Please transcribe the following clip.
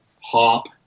hop